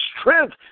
strength